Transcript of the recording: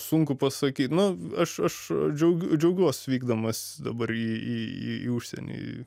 sunku pasakyt nu aš aš džiau džiaugiuos vykdamas dabar į į į užsienį